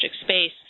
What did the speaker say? space